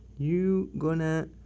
you gonna